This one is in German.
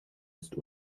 ist